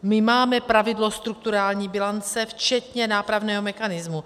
My máme pravidlo strukturální bilance včetně nápravného mechanismu.